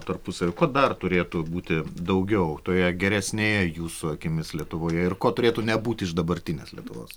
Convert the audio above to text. tarpusavio ko dar turėtų būti daugiau toje geresnėje jūsų akimis lietuvoje ir ko turėtų nebūti iš dabartinės lietuvos